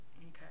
Okay